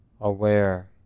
aware